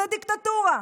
זאת דיקטטורה.